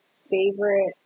favorite